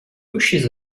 pushes